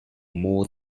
more